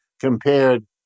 compared